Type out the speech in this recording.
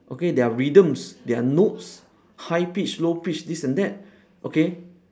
okay there are rhythms there are notes high pitched low pitched this and that okay